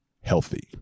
healthy